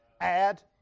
Add